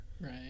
Right